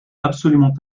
absolument